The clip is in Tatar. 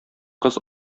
кыз